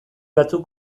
batzuk